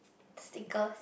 sticker